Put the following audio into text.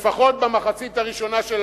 למלא פנימה את מרכיבי התקציב.